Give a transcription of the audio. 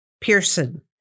Pearson